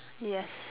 yes